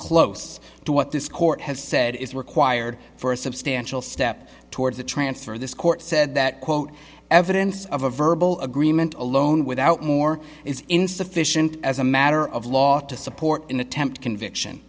close to what this court has said is required for a substantial step towards a transfer of this court said that quote evidence of a verbal agreement alone without more is insufficient as a matter of law to support in attempt conviction